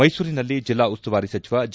ಮೈಸೂರಿನಲ್ಲಿ ಜಿಲ್ಲಾ ಉಸ್ತುವಾರಿ ಸಚಿವ ಜಿ